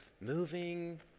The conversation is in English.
moving